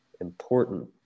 important